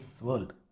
world